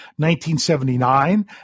1979